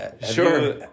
sure